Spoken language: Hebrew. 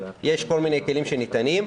יש כל מיני כלים שניתנים.